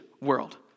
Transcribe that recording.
world